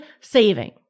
saving